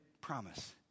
promise